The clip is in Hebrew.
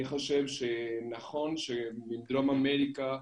אני חושב שנכון שבדרום אמריקה,